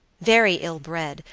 very ill-bred,